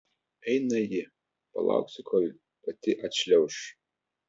eina ji palauksiu kol pati atšliauš